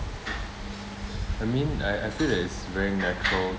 I mean I I feel that it's very natural